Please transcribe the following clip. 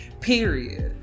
period